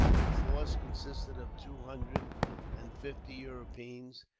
the force consisted of two hundred and fifty europeans,